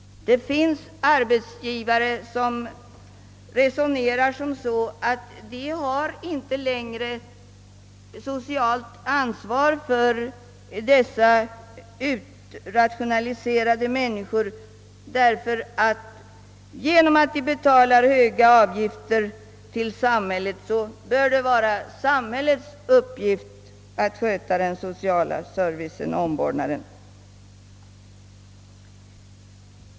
Det finns arbetsgivare som resonerar som så att de inte längre har socialt ansvar för dessa »utrationaliserade» människor, ty de anser att eftersom de betalar höga avgifter till samhället bör det vara samhällets uppgift att sköta den sociala servicen och omvårdnaden.